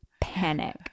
panic